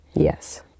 Yes